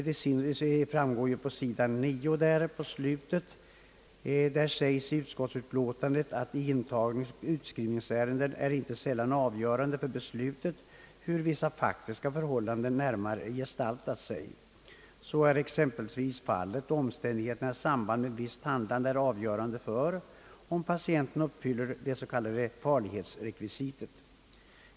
Detta framgår av skrivningen i slutet på s. 9, där det heter: »I intagningsoch utskrivningsärenden är icke sällan avgörande för beslutet hur vissa faktiska förhållanden närmare gestaltat sig. Så är exempelvis fallet då omständigheterna i samband med visst handlande är avgörande för om patienten uppfyller det s.k. farlighetsrekvisitet.